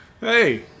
Hey